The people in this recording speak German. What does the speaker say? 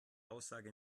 aussage